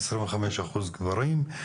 עשרים וחמש אחוז גברים.